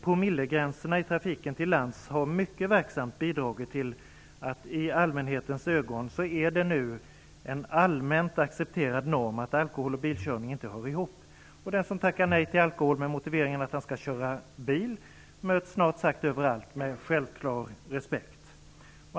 Promillegränserna i trafiken till lands har på ett mycket verksamt sätt bidragit till att det i allmänhetens ögon nu är en allmänt accepterad norm att alkohol och bilkörning inte hör ihop. Den som tackar nej till alkohol med motiveringen att han skall köra bil möts snart sagt över allt med självklar respekt.